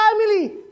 family